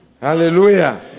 Hallelujah